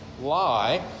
lie